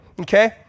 okay